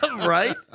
right